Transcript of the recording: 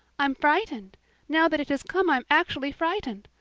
i'm frightened now that it has come i'm actually frightened.